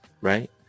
right